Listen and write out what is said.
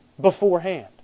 beforehand